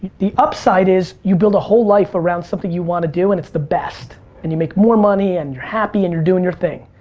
the upside is you build a whole life around something you wanna do and it's the best and you make more money and you're happy and you're doing your thing.